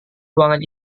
ruangan